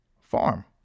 farm